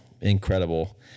incredible